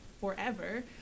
forever